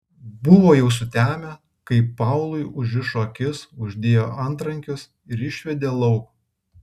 buvo jau sutemę kai paului užrišo akis uždėjo antrankius ir išvedė lauk